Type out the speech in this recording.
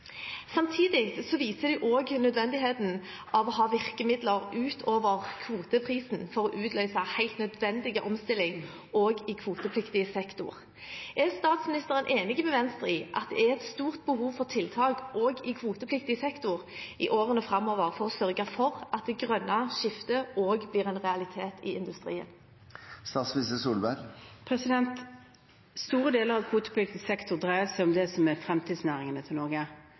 Samtidig viser det også nødvendigheten av å ha virkemidler utover kvoteprisen for å utløse helt nødvendig omstilling også i kvotepliktig sektor. Er statsministeren enig med Venstre i at det er et stort behov for tiltak også i kvotepliktig sektor i årene framover, for å sørge for at det grønne skiftet også blir en realitet i industrien? Store deler av kvotepliktig sektor dreier seg om det som er fremtidsnæringene til Norge.